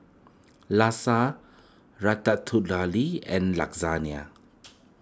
Lasa Ratatouille and